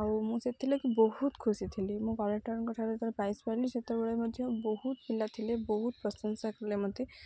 ଆଉ ମୁଁ ସେଥିଲାଗି ବହୁତ ଖୁସି ଥିଲି ମୁଁ କରେକ୍ଟରଙ୍କ ଠାରୁ ଯେତେବେଳେ ପ୍ରାଇଜ ପାଇଲି ସେତେବେଳେ ମଧ୍ୟ ବହୁତ ପିଲା ଥିଲେ ବହୁତ ପ୍ରଶଂସା କଲେ ମୋତେ